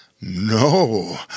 No